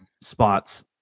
spots